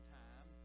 time